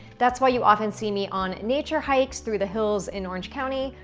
that's why you often see me on nature hikes through the hills in orange county,